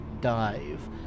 dive